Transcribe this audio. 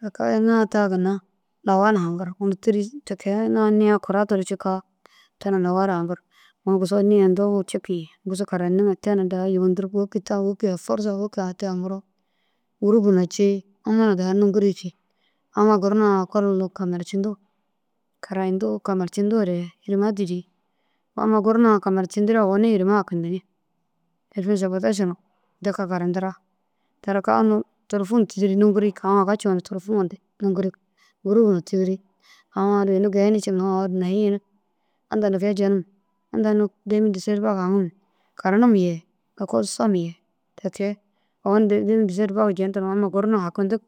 Ta kaa iŋaa ta ginna lawa na haŋkir unnu tûruzi ti kee iŋa niya kura duro cikaa ta na lawa ru hakir. Agu busau nii huntuũ duro cikuu bussu karandiŋa te na daha yênirig wôki eforsau wôki addi hakiroo gûrup na unnu daha nûkiri jiki amma gur ekol hunduu kamaljindu karayintu kamaljintu re hirime dîrii. Amma gur na kamaljintire owoni hirime kakintinni alfên sabatašuru deki karantira tere ka unnu deki tôlfun tîdiri nûkiri jiki aũ aga ciona tôfuma deki nûŋkiri jiki gûrubu na tîdiri aũ aũ ini jeyini ciiŋa na hinig « inda nikee jenimi? » «inda unnu dêmil dîset bag haŋima karanim ye ekol som ye? » ti kee owoni dêmil diset bag jendiruu amma gur na bag hakindig